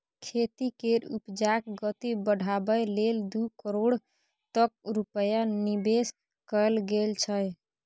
खेती केर उपजाक गति बढ़ाबै लेल दू करोड़ तक रूपैया निबेश कएल गेल छै